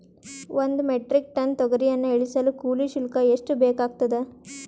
ಒಂದು metric ton ತೊಗರಿಯನ್ನು ಇಳಿಸಲು ಕೂಲಿ ಶುಲ್ಕ ಎಷ್ಟು ಬೇಕಾಗತದಾ?